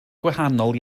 gwahanol